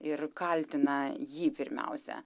ir kaltina jį pirmiausia